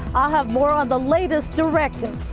i'll have more on the latest directive.